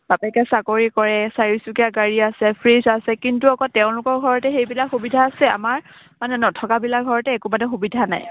বাপেকে চাকৰি কৰে চাৰিচকীয়া গাড়ী আছে ফ্ৰিজ আছে কিন্তু আকৌ তেওঁলোকৰ ঘৰতে সেইবিলাক সুবিধা আছে আমাৰ মানে নথকাবিলাক ঘৰতে একো মানে সুবিধা নাই